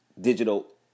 digital